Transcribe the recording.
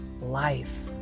life